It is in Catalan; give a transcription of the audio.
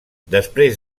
després